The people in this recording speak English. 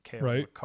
Right